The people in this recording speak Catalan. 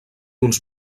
uns